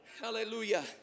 Hallelujah